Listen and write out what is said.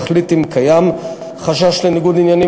יחליט אם קיים חשש לניגוד עניינים,